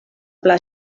pla